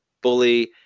bully